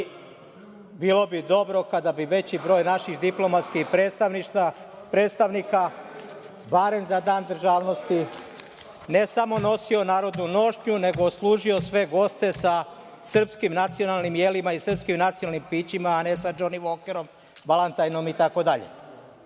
Bilo bi dobro kada bi veći broj naših diplomatskih predstavnika, barem za Dan državnosti, ne samo nosio narodnu nošnju, nego služio sve goste sa srpskim nacionalnim jelima i srpskim nacionalnim pićima a ne sa „Džoni Vokerom“, „Balantajnsom“